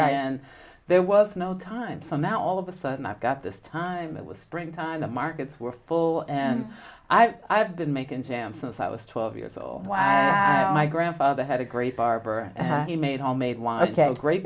and there was no time so now all of a sudden i've got this time it was spring time the markets were full and i've been making jam since i was twelve years old wire my grandfather had a great barber he made homemade wasn't that great